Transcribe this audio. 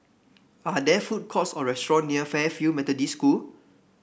are there food courts or restaurant near Fairfield Methodist School